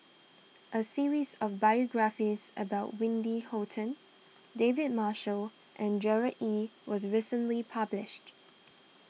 a series of biographies about Wendy Hutton David Marshall and Gerard Ee was recently published